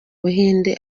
buhinde